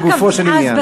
לגופו של עניין.